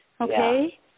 okay